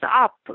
up